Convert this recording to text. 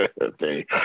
Okay